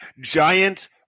giant